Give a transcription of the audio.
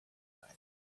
right